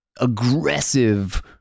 aggressive